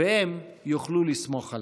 והם יוכלו לסמוך עליו.